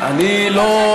אני לא,